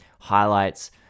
highlights